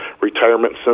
retirement